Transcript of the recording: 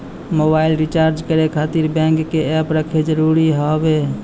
Mobile recharge करे खातिर bank के ऐप रखे जरूरी हाव है?